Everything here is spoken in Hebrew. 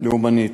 לאומנית.